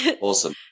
awesome